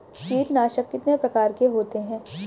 कीटनाशक कितने प्रकार के होते हैं?